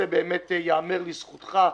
זה בהחלט ייאמר לזכותך,